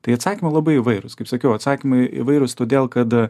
tai atsakymai labai įvairūs kaip sakiau atsakymai įvairūs todėl kad